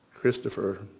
Christopher